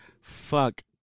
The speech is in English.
Fuck